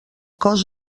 cos